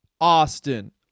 Austin